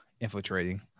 infiltrating